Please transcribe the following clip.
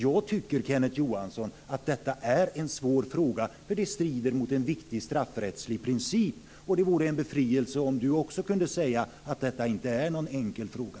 Jag tycker, Kenneth Johansson, att detta är en svår fråga, eftersom den strider mot en viktig straffrättslig princip. Det vore en befrielse om också Kenneth Johansson kunde säga att det inte är någon enkel fråga.